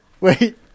Wait